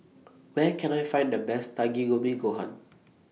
Where Can I Find The Best Takikomi Gohan